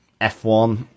F1